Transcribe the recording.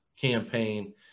campaign